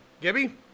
Gibby